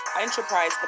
enterprise